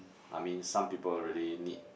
I mean some people really need